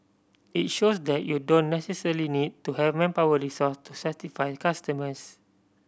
it shows that you don't necessarily need to have manpower resource to satisfy customers